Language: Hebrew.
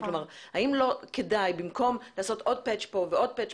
האם לא כדאי במקום לעשות עוד טלאי פה ועוד טלאי